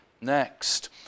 Next